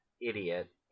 idiot